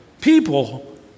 people